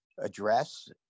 Address